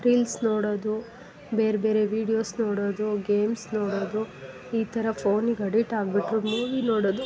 reels ನೋಡೋದು ಬೇರೆ ಬೇರೆ ವೀಡಿಯೋಸ್ ನೋಡೋದು ಗೇಮ್ಸ್ ನೋಡೋದು ಈ ಥರ ಫೋನಿಗೆ ಅಡಿಟ್ ಆಗಿಬಿಟ್ರು ಮೂವಿ ನೋಡೋದು